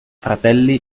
fratelli